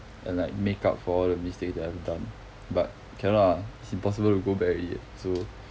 and like make up for all the mistakes that I've done but cannot lah it's impossible to go back already so